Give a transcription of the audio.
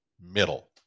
middle